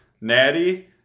Natty